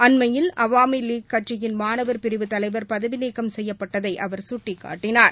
அண்மையில் அவாமிலீக் கட்சியின் மாணவர் பிரிவு தலைவர் பதவிநீக்கம் செய்யப்பட்டதை அவர் சுட்டிக்காட்டினார்